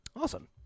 Awesome